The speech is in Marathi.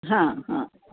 हां हां